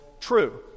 true